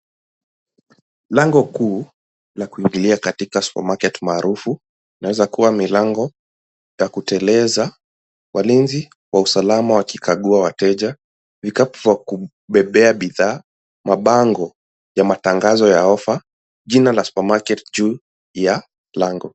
Lango kuu, la kuingilia katika supermarket maarufu, inaweza kuwa milango ya kuteleza. Walinzi wa usalama wakikagua wateja, vikapu vya kubebea bidhaa, mabango ya matangazo ya offer , jina la supermarket juu ya lango.